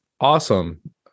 awesome